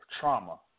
trauma